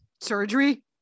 surgery